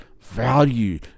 value